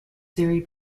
theory